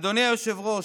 אדוני היושב-ראש,